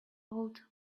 old